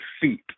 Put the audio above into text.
feet